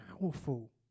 powerful